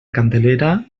candelera